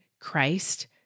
Christ